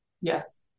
Yes